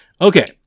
Okay